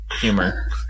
humor